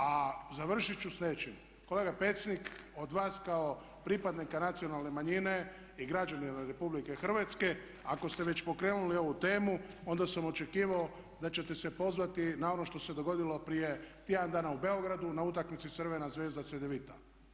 A završiti ću sa sljedećim, kolega Pecnik od vas kao pripadnika nacionalne manjine i građanina Republike Hrvatske ako ste već pokrenuli ovu temu onda sam očekivao da ćete se pozvati na ono što se dogodilo prije tjedan dana u Beogradu na utakmici Crvena zvezda-Cedevita.